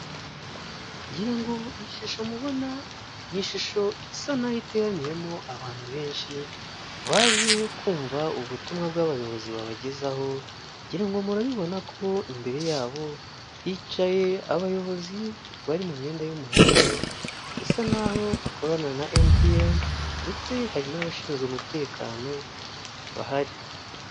Ngira ngo ishusho mubona, ni ishusho isa naho iteraniyemo abantu benshi baje kumva ubutumwa bw'abayobozi babagezaho ngira ngo murabibona ko imbere y'abo hicaye abayobozi bari mu myenda y'umuhondo bisa nk'aho bakorana na emutiyeni (MTN) ndetse hari n'abashinzwe umutekano bahari.